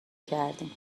کردیم